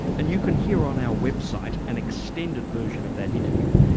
and you can hear on our website an extended version of that interview,